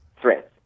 threats